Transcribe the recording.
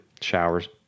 Showers